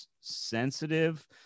sensitive